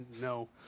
no